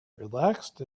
relaxed